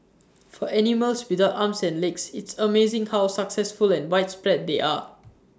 for animals without arms and legs it's amazing how successful and widespread they are